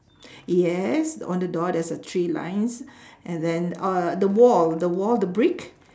yes on the door there's a three lines and then uh the wall the wall the brick